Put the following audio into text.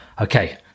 Okay